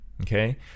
Okay